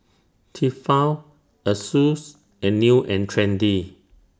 Tefal Asus and New and Trendy